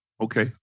Okay